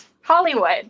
Hollywood